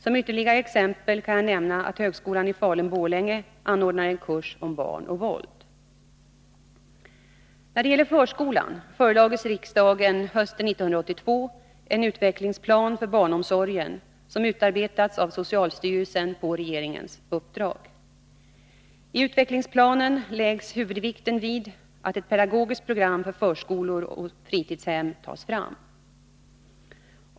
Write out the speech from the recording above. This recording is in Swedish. Som ytterligare exempel kan jag nämna att högskolan i Falun/Borlänge anordnar en kurs om barn och våld. När det gäller förskolan förelades riksdagen hösten 1982 en utvecklingsplan för barnomsorgen som utarbetats av socialstyrelsen på regeringens uppdrag. I utvecklingsplanen läggs huvudvikten vid att ett pedagogiskt program för förskolor och fritidshem tas fram.